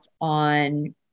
on